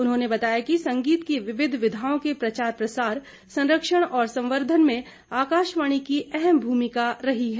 उन्होंने बताया कि संगीत की विविघ विघाओं के प्रचार प्रसार संरक्षण और संवर्धन में आकाशवाणी की अहम भूमिका रही है